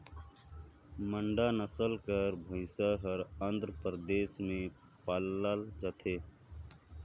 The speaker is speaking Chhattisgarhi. मांडा नसल कर भंइस हर आंध्र परदेस में पाल जाथे